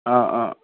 ആ ആ